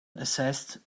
assessed